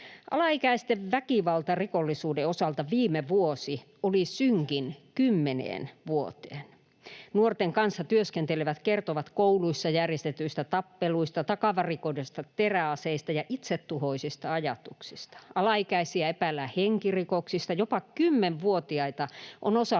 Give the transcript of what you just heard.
Alaikäisten väkivaltarikollisuuden osalta viime vuosi oli synkin kymmeneen vuoteen. Nuorten kanssa työskentelevät kertovat kouluissa järjestetyistä tappeluista, takavarikoiduista teräaseista ja itsetuhoisista ajatuksista. Alaikäisiä epäillään henkirikoksista, jopa 10-vuotiaita on